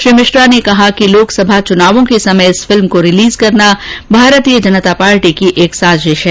श्री मिश्रा ने कहा कि लोकसभा चुनावों के समय इस फिल्म को रिलीज करना भारतीय जनता पार्टी की एक साजिश है